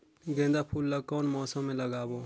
गेंदा फूल ल कौन मौसम मे लगाबो?